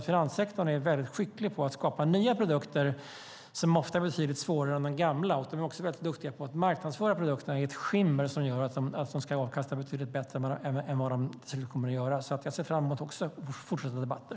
Finanssektorn är skicklig på att skapa nya produkter som ofta är betydligt svårare än de gamla, och den är också duktig på att marknadsföra produkterna i ett skimmer av att de ska ge större avkastning än vad de kommer att göra. Jag ser också fram emot fortsatta debatter.